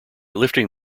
lifting